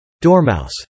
Dormouse